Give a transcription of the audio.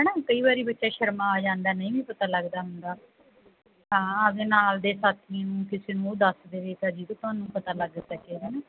ਹੈ ਨਾ ਕਈ ਵਾਰੀ ਬੱਚਾ ਸ਼ਰਮਾ ਜਾਂਦਾ ਨਹੀਂ ਵੀ ਪਤਾ ਲੱਗਦਾ ਹੁੰਦਾ ਤਾਂ ਆਪਣੇ ਨਾਲ ਦੇ ਸਾਥੀਆਂ ਨੂੰ ਕਿਸੇ ਨੂੰ ਉਹ ਦੱਸ ਦੇਵੇ ਤਾਂ ਜਿਸ ਤੋਂ ਤੁਹਾਨੂੰ ਪਤਾ ਲੱਗ ਸਕੇ ਹੈ ਨਾ